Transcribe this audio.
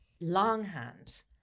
longhand